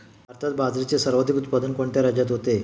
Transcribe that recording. भारतात बाजरीचे सर्वाधिक उत्पादन कोणत्या राज्यात होते?